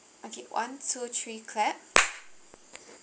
okay one two three clap